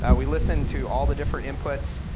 ah we listened to all the different inputs,